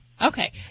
Okay